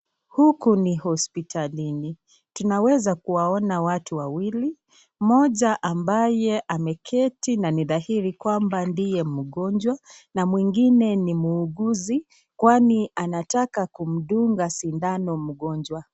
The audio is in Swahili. Huku ni hospitalini tunaweza kuwaona watu wawili moja ambaye ameketi na ni dahiri kwamba ndiye mgonjwa na mwingine ni muuguzi kwani anataka kumtunga sindano mgonjwa.